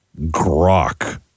Grok